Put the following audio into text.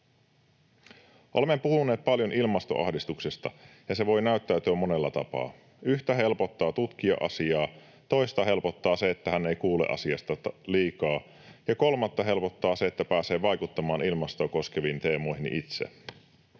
Olemme puhuneet paljon ilmastoahdistuksesta, ja se voi näyttäytyä monella tapaa. Yhtä helpottaa tutkia asiaa, toista helpottaa se, että hän ei kuule asiasta liikaa, ja kolmatta helpottaa se, että pääsee vaikuttamaan ilmastoa koskeviin teemoihin itse.